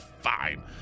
Fine